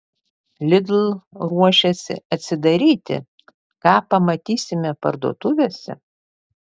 lidl ruošiasi atsidaryti ką pamatysime parduotuvėse